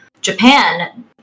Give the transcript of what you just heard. Japan